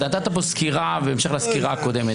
אתה נתת פה סקירה בהמשך לסקירה הקודמת